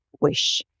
wish